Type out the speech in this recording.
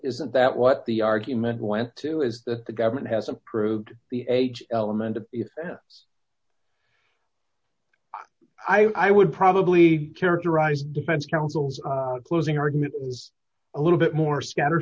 isn't that what the argument went to is that the government has approved the age element and i would probably characterize defense counsel's closing argument was a little bit more scatter